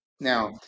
Now